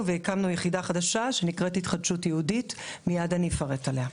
והקמנו יחידה חדשה שנקראת התחדשות יהודית ומיד אני אפרט עליה.